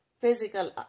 Physical